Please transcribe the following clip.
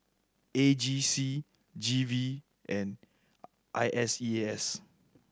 A G C G V and I S E A S